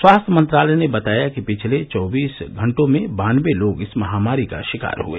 स्वास्थ्य मंत्रालय ने बताया कि पिछले चौबीस घंटों में बानबे लोग इस महामारी का शिकार हुए